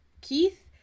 Keith